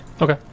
Okay